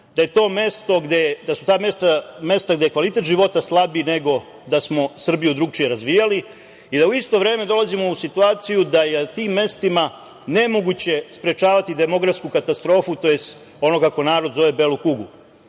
da su ta mesta gde je kvalitet života slabiji nego da smo Srbiju drugačije razvijali. U isto vreme, dolazimo u situaciju da je u tim mestima nemoguće sprečavati demografsku katastrofu, tj. kako narod zove belu kugu. Nama